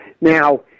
Now